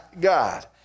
God